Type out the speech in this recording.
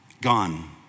gone